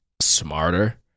smarter